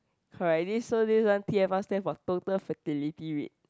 correct this so this one t_f_r stand for total fertility rate